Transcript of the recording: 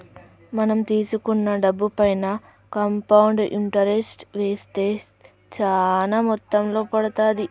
మనం తీసుకున్న డబ్బుపైన కాంపౌండ్ ఇంటరెస్ట్ వేస్తే చానా మొత్తంలో పడతాది